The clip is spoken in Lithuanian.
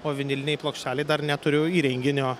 o vinilinėj plokštelėj dar neturiu įrenginio